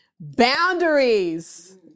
Boundaries